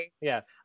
Yes